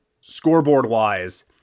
scoreboard-wise